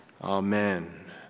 Amen